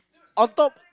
on top